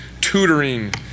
tutoring